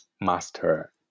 master